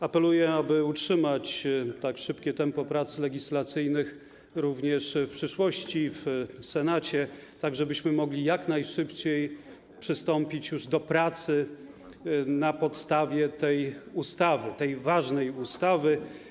Apeluję, aby utrzymać tak szybkie tempo prac legislacyjnych również w przyszłości, w Senacie, tak żebyśmy mogli jak najszybciej przystąpić do pracy na podstawie tej ważnej ustawy.